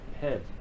head